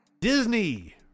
Disney